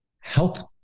health